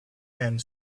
and